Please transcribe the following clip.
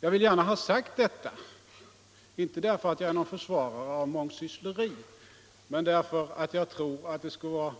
Jag vill gärna ha sagt detta, inte därför att jag är någon försvarare av mångsyssleriet men därför att jag tror att det skulle vara